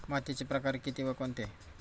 मातीचे प्रकार किती व कोणते?